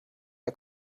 der